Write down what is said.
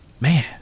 Man